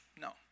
No